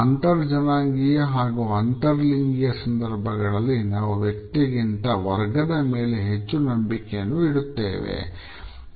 ಅಂತರ್ಜನಾಂಗೀಯ ಹಾಗೂ ಅಂತರ್ ಲಿಂಗಿಯ ಸಂದರ್ಭಗಳಲ್ಲಿ ನಾವು ವ್ಯಕ್ತಿಗಿಂತ ವರ್ಗದ ವಿಧಗಳಲ್ಲಿ ಹೆಚ್ಚು ನಂಬಿಕೆ ಇಡುತ್ತೇವೆ